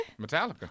Metallica